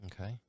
Okay